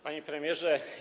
Panie Premierze!